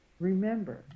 remember